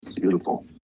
Beautiful